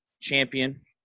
champion